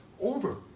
over